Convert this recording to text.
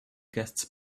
guests